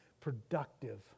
productive